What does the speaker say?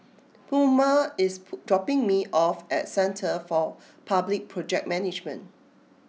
Pluma is dropping me off at Centre for Public Project Management